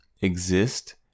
exist